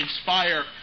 inspire